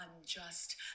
unjust